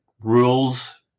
rules